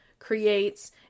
creates